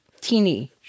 Teeny